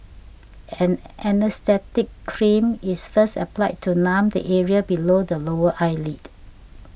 an anaesthetic cream is first applied to numb the area below the lower eyelid